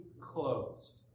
closed